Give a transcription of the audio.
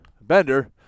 Bender